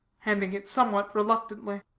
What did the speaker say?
handing it somewhat reluctantly.